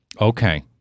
Okay